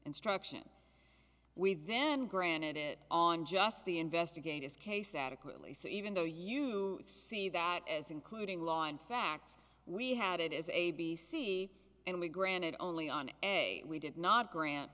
instruction we then granted it on just the investigators case adequately so even though you see that as including law and facts we had it as a b c and we granted only on we did not grant